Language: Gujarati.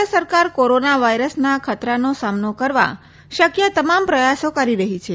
કેન્દ્ર સરકાર કોરોના વાયરસના ખતરાનો સામનો કરવા શક્ય તમામ પ્રથાસો કરી રહી છે